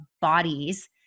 bodies